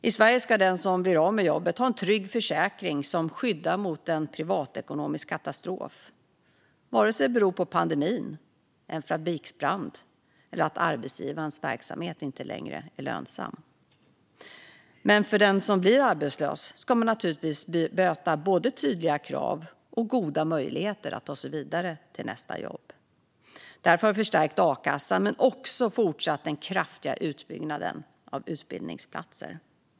I Sverige ska den som blir av med jobbet ha en trygg försäkring som skyddar mot en privatekonomisk katastrof oavsett om det beror på pandemin, en fabriksbrand eller att arbetsgivarens verksamhet inte längre är lönsam. Den som blir arbetslös ska naturligtvis möta både tydliga krav och goda möjligheter att ta sig vidare till nästa jobb. Därför har vi förstärkt a-kassan men också fortsatt den kraftiga utbyggnaden av utbildningsplatser.